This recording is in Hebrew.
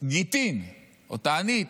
גיטין או תענית?